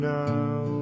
now